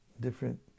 different